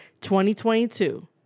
2022